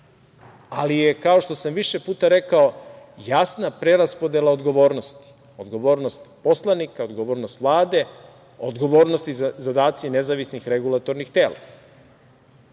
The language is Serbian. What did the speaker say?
ali je, kao što sam više puta rekao, jasna preraspodela odgovornosti, odgovornost poslanika, odgovornost Vlade, odgovornost i zadaci nezavisnih regulatornih tela.